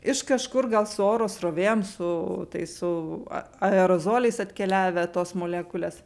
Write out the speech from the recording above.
iš kažkur gal su oro srovėm su tais su aerozoliais atkeliavę tos molekulės